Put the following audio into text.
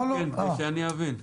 כן, שאני אבין.